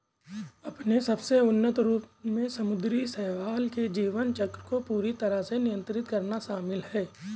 अपने सबसे उन्नत रूप में समुद्री शैवाल के जीवन चक्र को पूरी तरह से नियंत्रित करना शामिल है